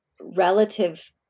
relative